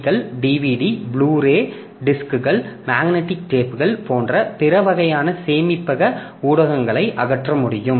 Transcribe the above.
க்கள் DVD blu ray டிஸ்க்குகள் magnetic டேப்க்கள் போன்ற பிற வகையான சேமிப்பக ஊடகங்களை அகற்ற முடியும்